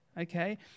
okay